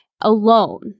alone